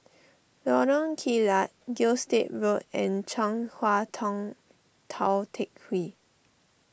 Lorong Kilat Gilstead Road and Chong Hua Tong Tou Teck Hwee